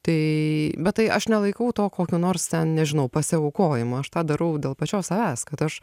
tai bet tai aš nelaikau to kokiu nors ten nežinau pasiaukojimu aš tą darau dėl pačios savęs kad aš